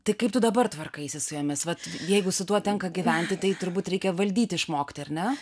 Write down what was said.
tai kaip tu dabar tvarkaisi su jomis vat jeigu su tuo tenka gyventi tai turbūt reikia valdyti išmokti ar ne